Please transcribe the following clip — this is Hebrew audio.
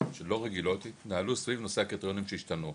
שלא רגילות התנהלו סביב נושא הקריטריונים שהשתנו.